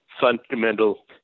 fundamental